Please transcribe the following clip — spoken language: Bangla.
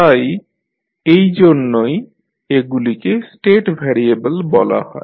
তাই এই জন্যই এগুলিকে স্টেট ভ্যারিয়েবল বলা হয়